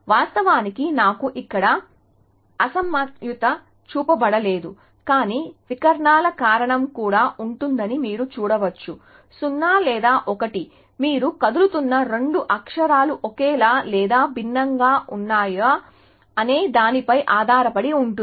వాస్తవానికి నాకు ఇక్కడ అసమతుల్యత చూపబడలేదు కానీ వికర్ణాల కారణం కూడా ఉంటుందని మీరు చూడవచ్చు 0 లేదా 1 మీరు కదులుతున్న రెండు అక్షరాలు ఒకేలా లేదా భిన్నంగా ఉన్నాయా అనే దానిపై ఆధారపడి ఉంటుంది